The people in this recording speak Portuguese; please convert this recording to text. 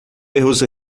erros